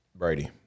Brady